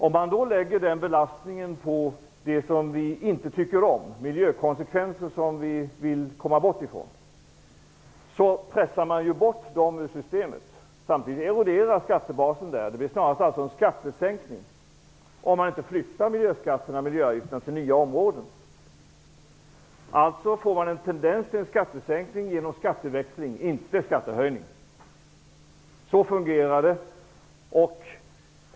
Om man då lägger belastningen på det som vi inte tycker om, miljökonsekvenser som vi vill bli av med, pressar man bort dem från systemet. Samtidigt eroderas skattebasen. Det blir snarast en skattesänkning, om man inte flyttar miljöskatterna och miljöavgifterna till nya områden. Alltså får man en tendens till en skattesänkning genom skatteväxling, inte en skattehöjning. Så fungerar det.